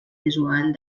visual